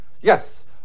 Yes